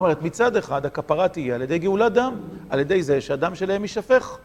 זאת אומרת מצד אחד הכפרה תהיה על ידי גאולת דם, על ידי זה שהדם שלהם יישפך.